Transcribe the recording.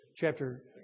chapter